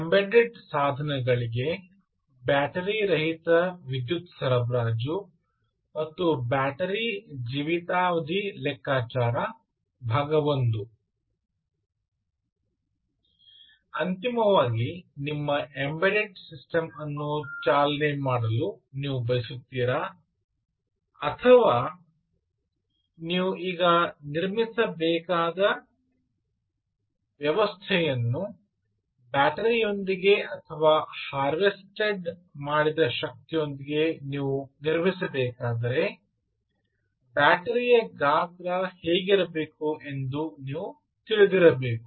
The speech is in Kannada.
ಎಂಬೆಡೆಡ್ ಸಾಧನಗಳಿಗೆ ಬ್ಯಾಟರಿ ರಹಿತ ವಿದ್ಯುತ್ ಸರಬರಾಜು ಮತ್ತು ಬ್ಯಾಟರಿ ಜೀವಿತಾವಧಿ ಲೆಕ್ಕಾಚಾರ I ಅಂತಿಮವಾಗಿ ನಿಮ್ಮ ಎಂಬೆಡೆಡ್ ಸಿಸ್ಟಮ್ ಅನ್ನು ಚಾಲನೆ ಮಾಡಲು ನೀವು ಬಯಸುತ್ತೀರಾ ಅಥವಾ ನೀವು ಈಗ ನಿರ್ಮಿಸಬೇಕಾದ ವ್ಯವಸ್ಥೆಯನ್ನು ಬ್ಯಾಟರಿಯೊಂದಿಗೆ ಅಥವಾ ಹಾರ್ವೆಸ್ಟೆಡ್ ಮಾಡಿದ ಶಕ್ತಿಯೊಂದಿಗೆ ನೀವು ನಿರ್ಮಿಸಬೇಕಾದರೆ ಬ್ಯಾಟರಿಯ ಗಾತ್ರ ಹೇಗಿರಬೇಕು ಎಂದು ನೀವು ತಿಳಿದಿರಬೇಕು